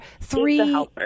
Three